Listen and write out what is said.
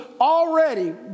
already